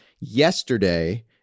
yesterday